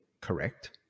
correct